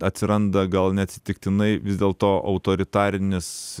atsiranda gal neatsitiktinai vis dėlto autoritarinis